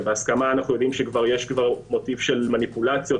ובהסכמה אנחנו יודעים שיש מרכיב של מניפולציות,